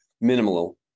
minimal